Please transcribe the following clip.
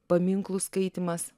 paminklų skaitymas